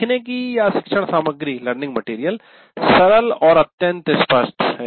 सीखने कीशिक्षण सामग्री सरल और अत्यंत स्पष्ट है